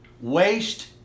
Waste